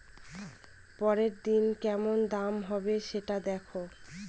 পরের দিনের কেমন দাম হবে, সেটা দেখে